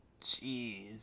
jeez